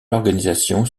l’organisation